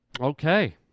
Okay